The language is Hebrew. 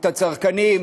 את הצרכנים,